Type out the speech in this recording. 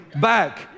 back